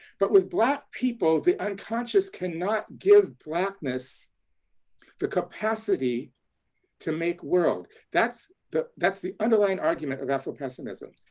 but with black people, the unconscious cannot give blackness the capacity to make world. that's the that's the underlying argument of afropessimism.